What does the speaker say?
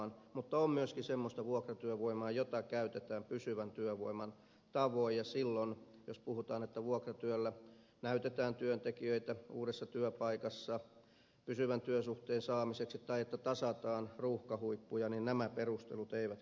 mutta on myös semmoista vuokratyövoimaa jota käytetään pysyvän työvoiman tavoin ja silloin jos puhutaan että vuokratyöllä näytetään työntekijöitä uudessa työpaikassa pysyvän työsuhteen saamiseksi tai että tasataan ruuhkahuippuja niin nämä perustelut eivät kyllä päde